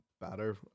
better